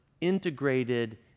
integrated